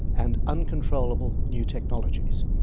and uncontrollable new technologies.